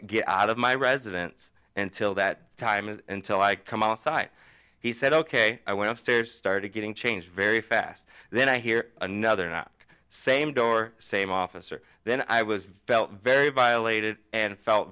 get out of my residence until that time is until i come outside he said ok i went to tears started getting changed very fast then i hear another not the same door same officer then i was felt very violated and felt